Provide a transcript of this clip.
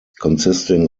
consisting